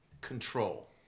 control